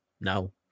No